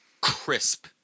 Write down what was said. crisp